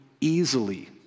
easily